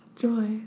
joy